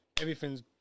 everything's